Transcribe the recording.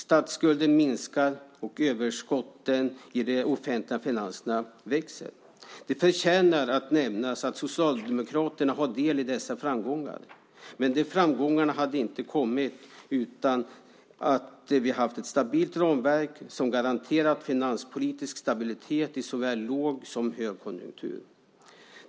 Statsskulden minskar, och överskotten i de offentliga finanserna växer. Det förtjänar att nämnas att Socialdemokraterna har del i dessa framgångar. Men de framgångarna hade inte kommit utan ett stabilt ramverk som garanterat finanspolitisk stabilitet i såväl låg som högkonjunktur.